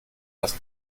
das